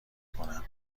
کنم